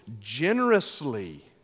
generously